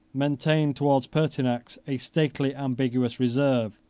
maintained towards pertinax a stately ambiguous reserve,